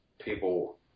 people